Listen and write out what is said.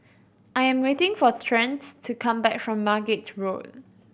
I am waiting for Trent to come back from Margate Road